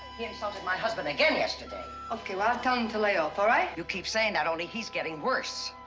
he insulted my husband again yesterday. okay, well, i'll tell him to lay off, all right? you keep saying that, only he's getting worse.